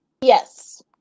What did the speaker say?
Yes